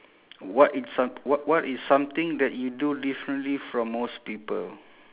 what is some~ what what is something that you do differently from most people